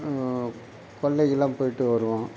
கொல்லைக்கெலாம் போய்விட்டு வருவோம்